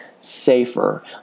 safer